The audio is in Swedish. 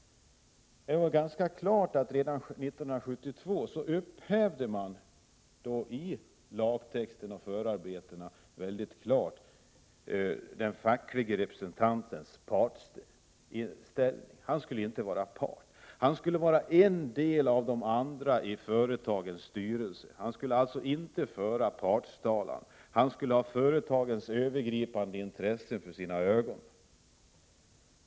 Det var ganska klart att man redan 1972 i lagtexten och i förarbetena till lagen upphävde den facklige representantens partsställning. Han skulle inte vara någon part utan vara en del av företagets styrelse, som de andra. Han skulle alltså inte föra någon partstalan utan ha företagets övergripande intressen för sina ögon.